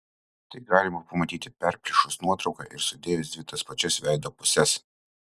tai galima pamatyti perplėšus nuotrauką ir sudėjus dvi tas pačias veido puses